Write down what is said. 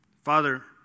Father